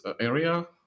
area